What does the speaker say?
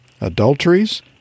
adulteries